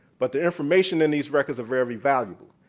but the information in these records are very valuable.